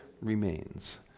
remains